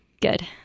Good